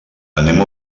anem